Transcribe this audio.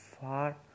far